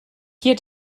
hier